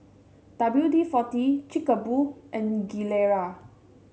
W D forty Chic A Boo and Gilera